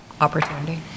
opportunity